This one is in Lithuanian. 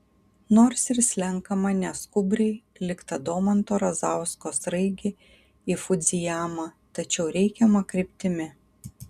nors ir slenkama neskubriai lyg ta domanto razausko sraigė į fudzijamą tačiau reikiama kryptimi